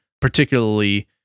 particularly